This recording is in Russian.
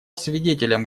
свидетелем